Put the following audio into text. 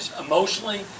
Emotionally